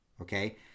Okay